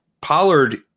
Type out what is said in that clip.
Pollard